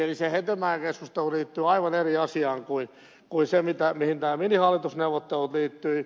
eli se hetemäen keskustelu liittyy aivan eri asiaan kuin se mihin nämä minihallitusneuvottelut liittyivät